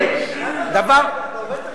אתה עובד בחינם.